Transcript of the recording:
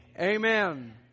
amen